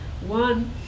One